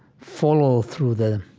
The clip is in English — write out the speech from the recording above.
follow through the,